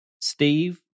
Steve